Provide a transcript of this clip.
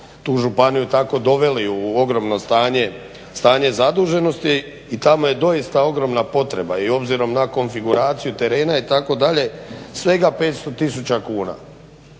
tu županiju tako doveli u ogromno stanje zaduženosti i tamo je doista ogromna potreba i obzirom na konfiguraciju terena itd. svega 500 tisuća kuna.